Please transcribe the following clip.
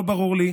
לא ברור לי.